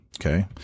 okay